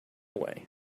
way